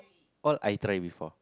all I try before